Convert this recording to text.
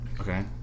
Okay